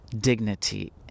dignity